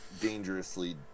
dangerously